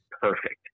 perfect